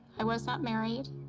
i was not married.